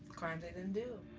crimes they didn't do.